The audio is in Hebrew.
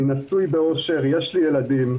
אני נשוי באושר, יש לי ילדים.